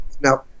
Now